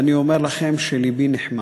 ואני אומר לכם שלבי נחמץ.